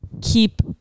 keep